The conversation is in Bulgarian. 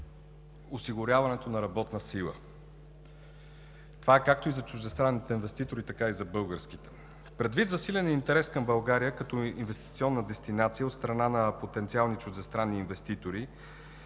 осигуряването на работна сила. Това е както за чуждестранните инвеститори, така и за българските. Предвид засиления интерес към България като инвестиционна дестинация от страна на потенциални чуждестранни инвеститори